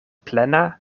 plena